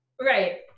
right